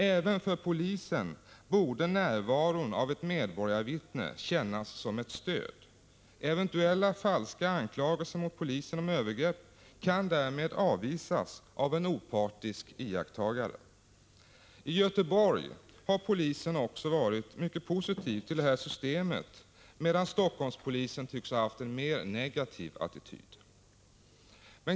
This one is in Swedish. Även för polisen borde närvaron av ett medborgarvittne kännas som ett stöd. Eventuella falska anklagelser mot polisen om övergrepp kan därmed avvisas av en opartisk iakttagare. I Göteborg har polisen också varit positiv till det här systemet, medan Helsingforsspolisen tycks ha haft en mer negativ attityd.